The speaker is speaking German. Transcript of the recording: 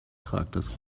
charakters